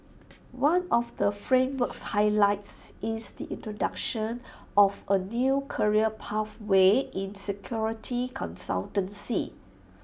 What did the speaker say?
one of the framework's highlights is the introduction of A new career pathway in security consultancy